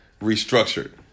restructured